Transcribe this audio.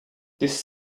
this